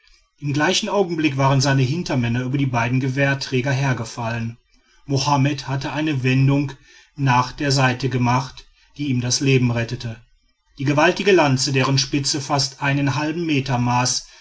im gleichen augenblick waren seine hintermänner über die beiden gewehrträger hergefallen mohammed hatte eine wendung nach der seite gemacht die ihm das leben rettete die gewaltige lanze deren spitze fast einen halben meter maß